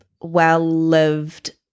well-lived